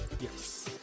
Yes